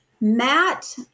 Matt